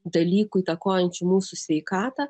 dalykų įtakojančių mūsų sveikatą